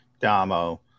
Damo